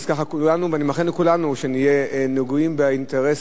אז אני מאחל לכולנו שנהיה נגועים באינטרס,